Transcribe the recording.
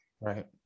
Right